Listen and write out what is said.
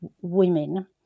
women